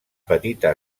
petita